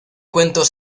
cuentos